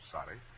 Sorry